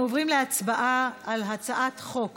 אנחנו עוברים להצבעה על הצעת חוק